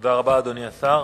תודה רבה, אדוני השר.